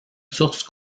source